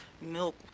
milk